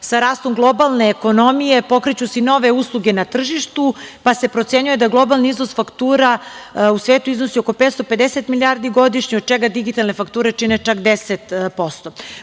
sa rastom globalne ekonomije pokreću se i nove usluge na tržištu, pa se procenjuje da globalni iznos faktura u svetu iznosi oko 550 milijardi godišnje, od čega digitalne fakture čine čak 10%.